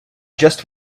just